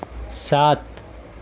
سات